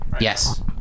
Yes